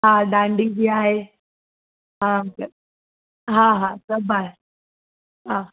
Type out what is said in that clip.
हा डांडी बि आहे हा हा हा सभु आहे हा